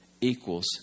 equals